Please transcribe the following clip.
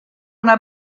una